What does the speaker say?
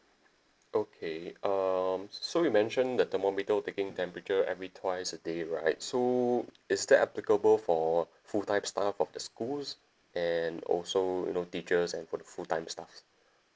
okay um so you mentioned that thermometer taking temperature every twice a day right so it's that applicable for full time staff of the school and also you know teachers and for the full time staff